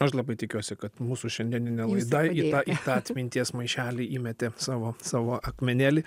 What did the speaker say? aš labai tikiuosi kad mūsų šiandieninė laida į tą atminties maišelį įmetė savo savo akmenėlį